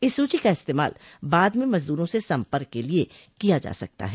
इस सूची का इस्तेमाल बाद में मजदूरों से संपर्क के लिए किया जा सकता है